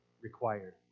required